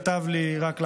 כתב לי רק לאחרונה,